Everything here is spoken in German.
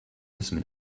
müssen